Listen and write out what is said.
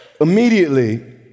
Immediately